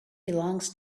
belongs